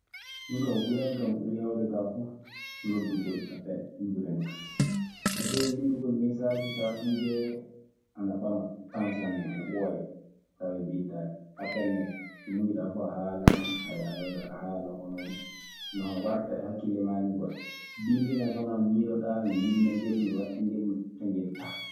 Min kaa ko ɓurani kan ko ɓuri heewde kaa fuf noddgol appeel, ɗun ɓurani kan. Pasee, winndugol messase saatuuje ana ɓama tan sanne. Ana ɓooya tawee biltaaki. Appeel ne komuuy ɗaa fuu a haalan. ana wayno aɗa haala no warta e hakkille maa nii kwa. Binndi ne so wanaa miiloɗaa mi waɗta ngel, mi itta ngel.